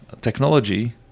technology